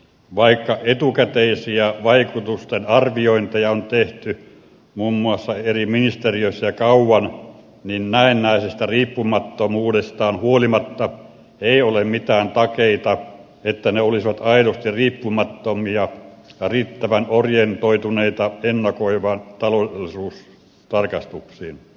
vaikka etukäteisiä vaikutusten arviointeja on tehty muun muassa eri ministeriöissä jo kauan niin niiden näennäisestä riippumattomuudesta huolimatta ei ole mitään takeita että ne olisivat aidosti riippumattomia ja riittävän orientoituneita ennakoiviin taloudellisuustarkastuksiin